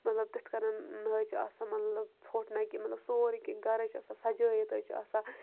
مطلب تِتھ کَنَن حظ چھِ آسان مطلب ژھۄٹھ نہ کینٛہہ مطلب سورُے کینٛہہ گرٕ حظ چھِ آسان سجٲیِتھ حظ چھِ آسان